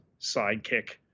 sidekick